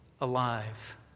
alive